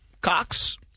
Cox